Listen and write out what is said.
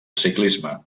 ciclisme